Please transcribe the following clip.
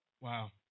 Wow